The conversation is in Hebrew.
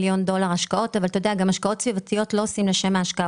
השקעות סביבתיות לא עושים לשם השקעה,